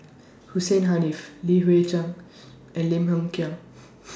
Hussein Haniff Li Hui Cheng and Lim Hng Kiang